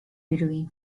between